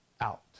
out